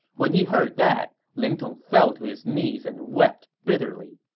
when he heard that, ling tong fell to his knees and wept bitterly.